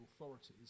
authorities